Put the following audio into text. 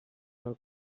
del